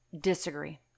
Disagree